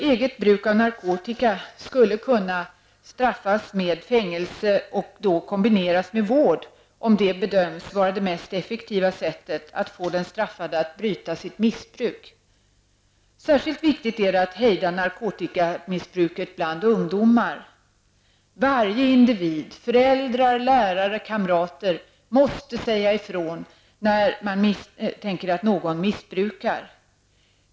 Eget bruk av narkotika skulle kunna straffas med fängelse och kombineras med vård, om det bedöms vara det mest effektiva sättet att få den straffade att bryta sitt missbruk. Särskilt viktigt är det att hejda narkotikamissbruket bland ungdomar. Varje individ -- föräldrar, lärare, kamrater -- måste säga ifrån när man misstänker att någon missbrukar.